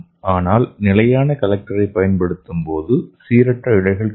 ஆனால் நிலையான கலெக்டரைப் பயன்படுத்தும்போது சீரற்ற இழைகள் கிடைக்கும்